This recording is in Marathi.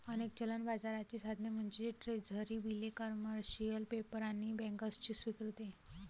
अनेक चलन बाजाराची साधने म्हणजे ट्रेझरी बिले, कमर्शियल पेपर आणि बँकर्सची स्वीकृती